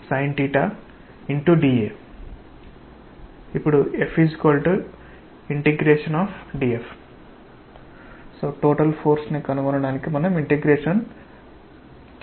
ఇది ఈ dy కి అనుగుణంగా ఉంటుంది